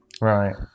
Right